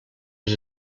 les